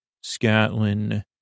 Scotland